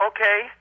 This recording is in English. Okay